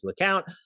account